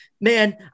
man